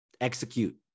Execute